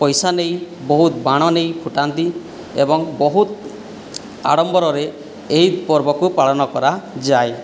ପଇସା ନେଇ ବହୁତ ବାଣ ନେଇ ଫୁଟାନ୍ତି ଏବଂ ବହୁତ ଆଡ଼ମ୍ବରରେ ଏହି ପର୍ବକୁ ପାଳନ କରାଯାଏ